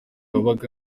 wabaga